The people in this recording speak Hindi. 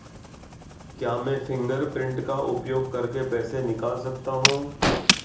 क्या मैं फ़िंगरप्रिंट का उपयोग करके पैसे निकाल सकता हूँ?